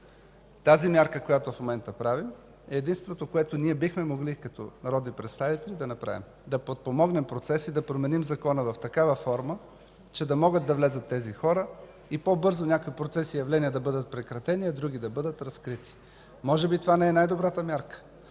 Тази мярка, която в момента правим, е единственото, което бихме могли като народни представители да направим – да подпомогнем процеса и да променим Закона в такава форма, че тези хора да могат да влязат, някои процеси и явления по-бързо да бъдат прекратени, а други да бъдат разкрити. Може би това не е най-добрата мярка.